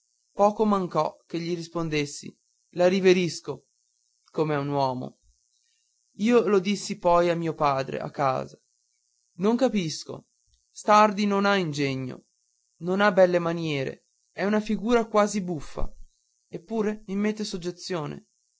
poco mancò che gli rispondessi la riverisco come a un uomo io lo dissi poi a mio padre a casa non capisco stardi non ha ingegno non ha belle maniere è una figura quasi buffa eppure